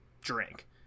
drink